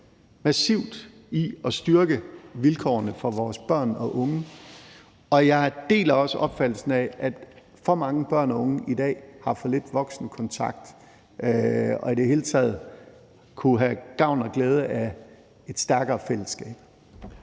massivt i at styrke vilkårene for vores børn og unge. Og jeg deler også opfattelsen af, at for mange børn og unge i dag har for lidt voksenkontakt og i det hele taget kunne have gavn og glæde af et stærkere fællesskab.